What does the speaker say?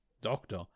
Doctor